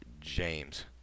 James